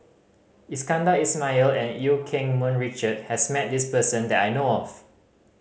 Iskandar Ismail and Eu Keng Mun Richard has met this person that I know of